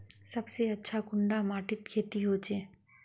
सबसे अच्छा कुंडा माटित खेती होचे?